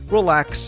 relax